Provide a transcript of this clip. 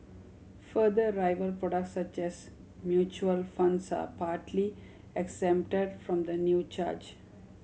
further rival products such as mutual funds are partly exempt from the new charge